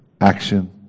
action